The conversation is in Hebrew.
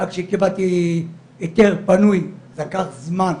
עד שקיבלתי היתר פנוי לקח זמן.